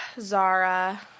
Zara